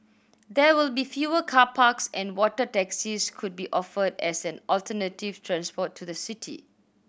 there will be fewer car parks and water taxis could be offered as an alternative transport to the city